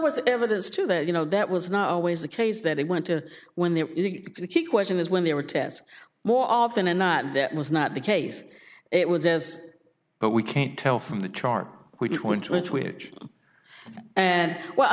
always evidence to that you know that was not always the case that it went to when the key question is when there were tests more often than not that was not the case it was as but we can't tell from the chart which went with which and well i